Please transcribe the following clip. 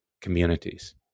communities